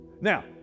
Now